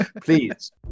please